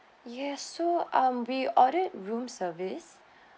yes so we've ordered room service